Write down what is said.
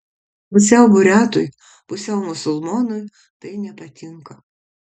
pusiau buriatui pusiau musulmonui tai nepatinka